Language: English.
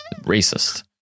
Racist